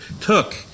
took